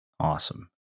Awesome